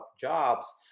jobs